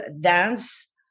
dance